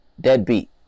deadbeat